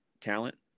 talent